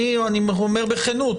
אני אומר בכנות,